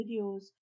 videos